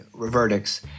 verdicts